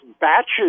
batches